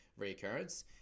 reoccurrence